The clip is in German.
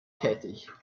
tätig